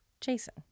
Jason